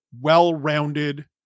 well-rounded